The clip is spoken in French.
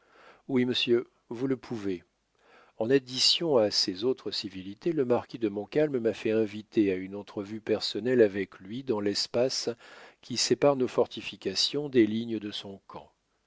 oui monsieur vous le pouvez en addition à ses autres civilités le marquis de montcalm m'a fait inviter à une entrevue personnelle avec lui dans l'espace qui sépare nos fortifications des lignes de son camp